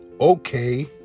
okay